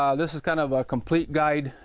um this is kind of a complete guide,